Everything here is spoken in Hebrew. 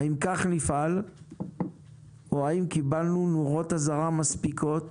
האם כך נפעל או האם קיבלנו נורות אזהרה מספיקות